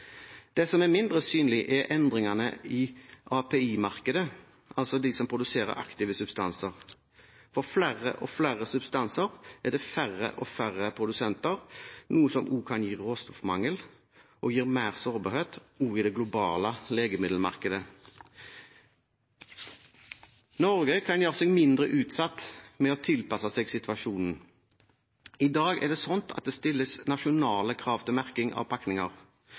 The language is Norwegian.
Det som er mindre synlig, er endringene i API-markedet, altså de som produserer aktive substanser. For flere og flere substanser er det færre og færre produsenter, noe som kan gi råstoffmangel, og som gir mer sårbarhet også i det globale legemiddelmarkedet. Norge kan gjøre seg mindre utsatt ved å tilpasse seg situasjonen. I dag er det sånn at det stilles nasjonale krav til merking av pakninger.